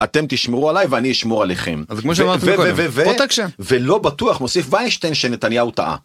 אתם תשמרו עליי ואני אשמור עליכם. וווולא בטוח מוסיף ויינשטיין שנתניהו טעה.